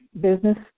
business